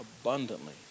abundantly